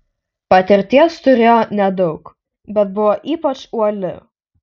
patirties turėjo nedaug bet buvo ypač uoli